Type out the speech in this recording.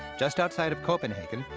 just outside of copenhagen,